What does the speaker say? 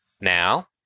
now